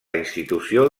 institució